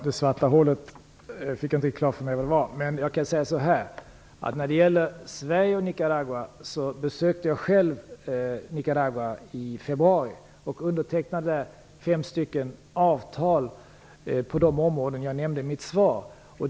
Fru talman! Jag fick inte riktigt klart för mig vad det svarta hålet är. Jag besökte själv Nicaragua i februari och undertecknade fem avtal på de områden som jag nämnt i svaret.